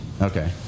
okay